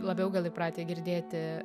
labiau gal įpratę girdėti